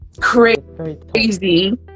Crazy